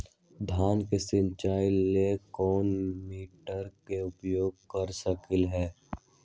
धान के सिचाई ला कोंन मोटर के उपयोग कर सकली ह?